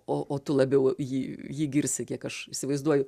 o o tu labiau jį jį girsi kiek aš įsivaizduoju